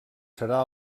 serà